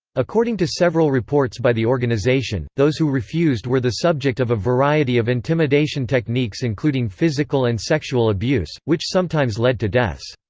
according to several reports by the organization, those who refused were the subject of a variety of intimidation techniques including physical and sexual abuse, which sometimes led to deaths.